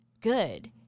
good